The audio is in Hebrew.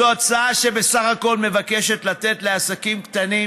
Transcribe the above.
זו הצעה שבסך הכול מבקשת לתת לעסקים קטנים